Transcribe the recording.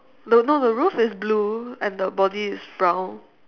no no the roof is blue and the body is brown